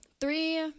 three